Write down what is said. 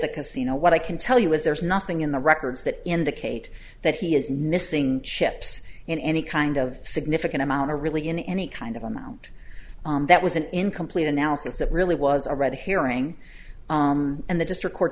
the casino what i can tell you is there's nothing in the records that indicate that he is missing ships in any kind of significant amount to really in any kind of amount that was an incomplete analysis it really was a red herring and the district court